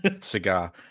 cigar